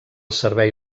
servei